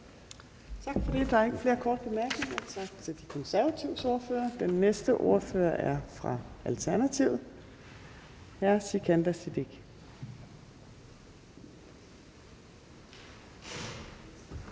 Tak for det. Der er ikke flere korte bemærkninger. Tak til De Konservatives ordfører. Den næste ordfører er fra Alternativet, hr. Sikandar Siddique.